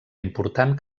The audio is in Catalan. important